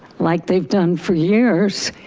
like they've done for years,